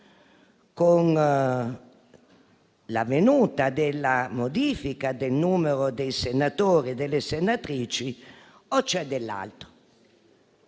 dell'avvenuta modifica del numero dei senatori e delle senatrici o se c'è dell'altro.